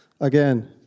Again